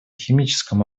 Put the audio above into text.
химическом